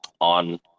on